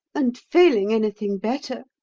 and failing anything better?